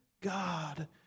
God